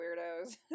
weirdos